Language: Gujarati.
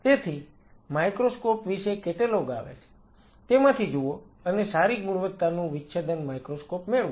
તેથી માઇક્રોસ્કોપ વિશે કેટલોગ આવે છે તેમાંથી જુઓ અને સારી ગુણવત્તાનું વિચ્છેદન માઇક્રોસ્કોપ મેળવો